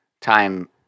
time